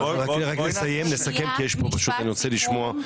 בואי נסכם, כי אני רוצה לשמוע הרבה מאוד דוברים.